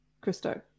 Christo